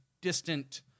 distant